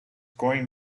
going